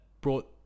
brought